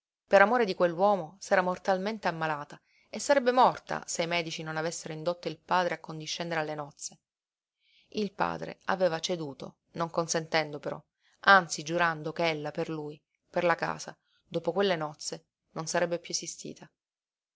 per amore di quell'uomo s'era mortalmente ammalata e sarebbe morta se i medici non avessero indotto il padre a condiscendere alle nozze il padre aveva ceduto non consentendo però anzi giurando che ella per lui per la casa dopo quelle nozze non sarebbe piú esistita